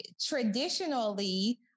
traditionally